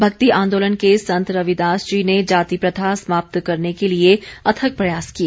भक्ति आंदोलन के संत रविदास जी ने जाति प्रथा समाप्त करने के लिए अथक प्रयास किए